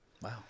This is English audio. Wow